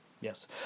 Yes